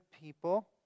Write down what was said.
people